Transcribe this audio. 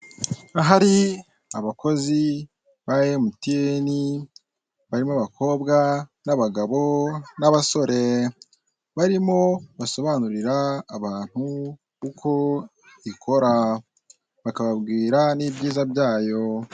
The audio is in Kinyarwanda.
Ahari abakozi ba Emutiyeni, barimo abakobwa n'abagabo n'abasore, barimo basobanurira abantu uko ikora, bakababwira n'ibyiza byayo.